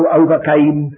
overcame